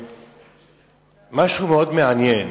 משהו מאוד מעניין,